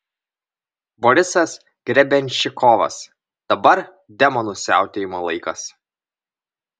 borisas grebenščikovas dabar demonų siautėjimo laikas